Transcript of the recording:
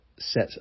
Set